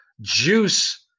juice